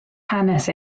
hanes